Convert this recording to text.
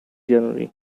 january